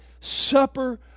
supper